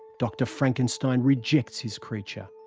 dr frankenstein rejects his creature,